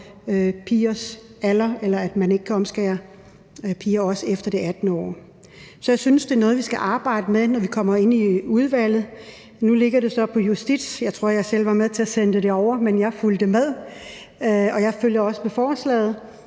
at man ikke kan omskære piger, efter de er blevet 18 år. Så jeg synes, det er noget, vi skal arbejde med, når vi kommer ind i udvalget. Nu ligger det så på justitsområdet. Jeg tror, jeg selv var med til at sende det derover, altså, jeg fulgte med, og jeg følger også med forslaget